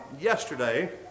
yesterday